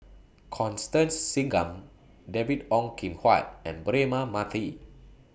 Constance Singam David Ong Kim Huat and Braema Mathi